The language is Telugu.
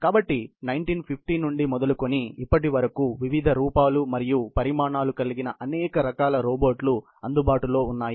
కాబట్టి 1950 నుండి మొదలుకొని ఇప్పటి వరకు వివిధ రూపాలు మరియు పరిమాణాలు కలిగిన అనేక రకాల రోబోట్లు అందుబాటులో ఉన్నాయి